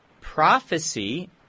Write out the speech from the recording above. prophecy